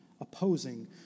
opposing